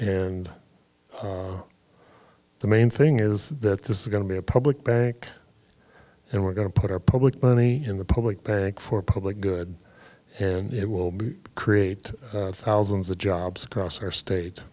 and the main thing is that this is going to be a public bank and we're going to put our public money in the public bank for public good and it will be create thousands of jobs across our state